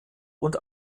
und